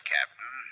Captain